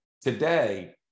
today